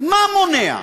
מה מונע?